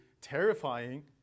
terrifying